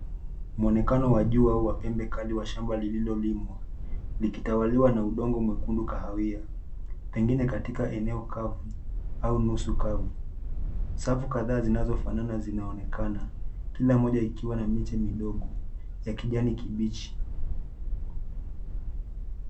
Mwonekano wa jua wa pembe kali wa shamba lililolimwa likitawaliwa na udongo mwekundu kahawia pengine katika eneo kavu au nusu kavu. Safu kadhaa zinazofanana zinaonekana kila moja ikiwa na miche midogo za kijani kibichi.